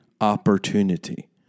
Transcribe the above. opportunity